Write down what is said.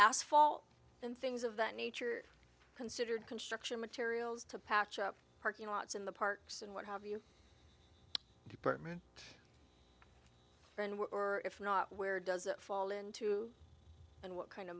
asphalt and things of that nature considered construction materials to patch up parking lots in the parks and what have you department burned were or if not where does it fall into and what kind of